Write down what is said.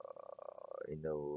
err you know